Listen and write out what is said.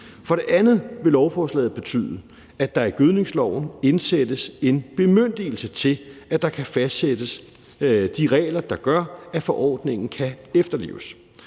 For det andet vil lovforslaget betyde, at der i gødskningsloven indsættes en bemyndigelse til, at der kan fastsættes de regler, der gør, at forordningen kan efterleves.